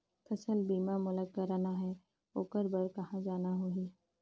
फसल बीमा मोला करना हे ओकर बार कहा जाना होही?